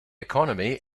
economy